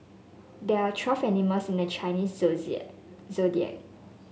there are twelve animals in the Chinese zodiac